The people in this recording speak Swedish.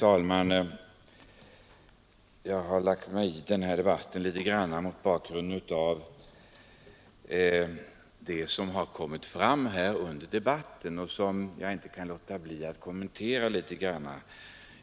Fru talman! Jag vill något kommentera det som har kommit fram under debatten.